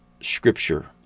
scripture